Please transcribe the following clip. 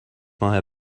ماه